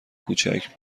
کوچک